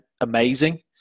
amazing